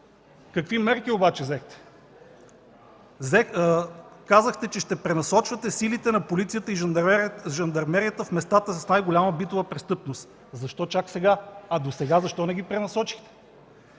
Какви мерки обаче взехте? Казахте, че ще пренасочвате силите на полицията и жандармерията в местата с най-голяма битова престъпност. Защо чак сега? Досега защо не ги пренасочихте?!